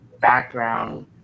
background